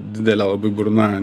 didelė labai burna